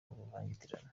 uruvangitirane